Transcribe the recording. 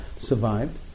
survived